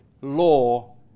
law